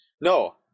No